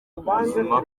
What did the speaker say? kubuzima